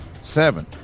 seven